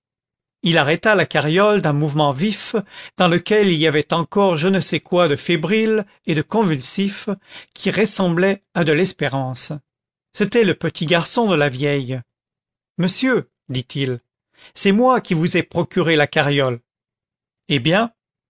il arrêta la carriole d'un mouvement vif dans lequel il y avait encore je ne sais quoi de fébrile et de convulsif qui ressemblait à de l'espérance c'était le petit garçon de la vieille monsieur dit-il c'est moi qui vous ai procuré la carriole eh bien